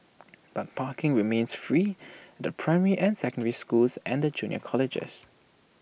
but parking remains free at the primary and secondary schools and the junior colleges